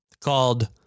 called